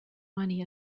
money